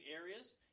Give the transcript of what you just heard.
areas